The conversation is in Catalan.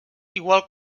igual